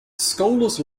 scholars